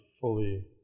fully